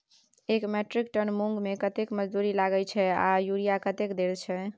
एक metric ton मूंग में कतेक मजदूरी लागे छै आर यूरिया कतेक देर छै?